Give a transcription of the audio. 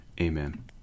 amen